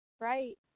right